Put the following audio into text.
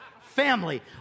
family